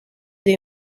they